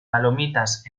palomitas